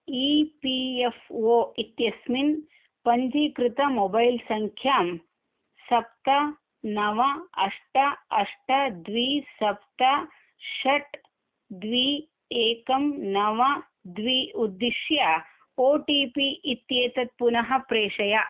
E P F O इत्यस्मिन् पञ्जीकृतं मोबैल्सङ्ख्यां सप्त नव अष्ट अष्ट द्वि सप्त षट् द्वि एकं नव द्वि उद्दिश्य ओ टि पि इत्येतत् पुनः प्रेषय